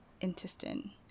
intestine